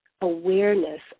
awareness